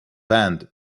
band